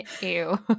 Ew